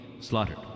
Slaughtered